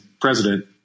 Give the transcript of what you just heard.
president